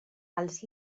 els